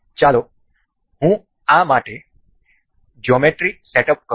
ચાલો હું આ માટે જ્યોમેટ્રી સેટ અપ કરું